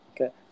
Okay